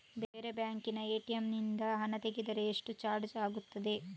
ಬೇರೆ ಬ್ಯಾಂಕಿನ ಎ.ಟಿ.ಎಂ ನಿಂದ ಹಣ ತೆಗೆದರೆ ಎಷ್ಟು ಚಾರ್ಜ್ ಆಗುತ್ತದೆ?